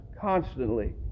constantly